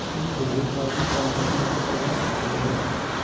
तुम घोड़ों का भी पालतू बीमा करवा सकते हो